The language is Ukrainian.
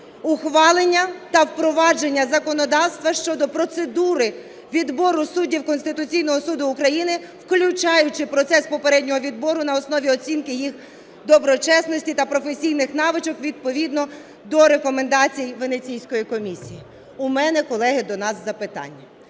ухвалення та впровадження законодавства щодо процедури відбору суддів Конституційного Суду України, включаючи процес попереднього відбору на основі оцінки їх доброчесності та професійних навичок відповідно до рекомендацій Венеційської комісії. У мене, колеги, до нас запитання.